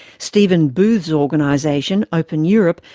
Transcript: stephen booth's organisation, open europe,